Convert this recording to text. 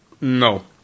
No